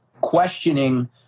questioning